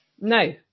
No